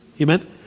Amen